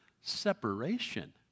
separation